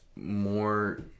more